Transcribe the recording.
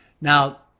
Now